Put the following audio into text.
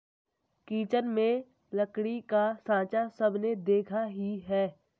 kitchen में लकड़ी का साँचा सबने देखा ही है